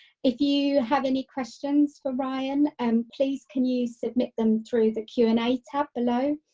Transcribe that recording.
if you have any questions for ryan, um please can you submit them through the q and a tab alone,